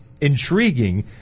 intriguing